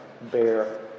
bear